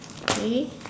K